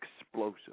explosive